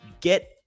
get